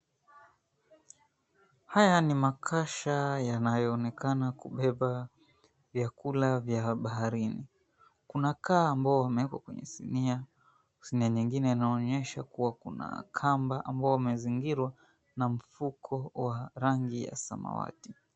Haya ni makasha yanayoonekana kubeba vyakula vya baharini. Kuna kaa ambao wamewekwa kwenye sinia, sinia nyingine inaonyesha kuna kamba ambao wamezingiriwa kwa mfuko wa rangi ya samawati.